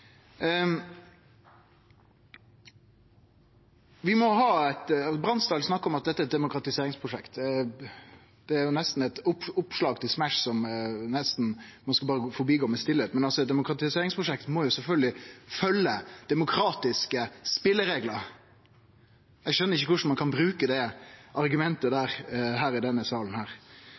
Bransdal snakka om at dette er eit demokratiseringsprosjekt. Det er eit oppslag til smash som ein nesten berre bør teie om. Men eit demokratiseringsprosjekt må sjølvsagt følgje demokratiske spelereglar. Eg skjøner ikkje korleis ein kan bruke det argumentet her i denne salen.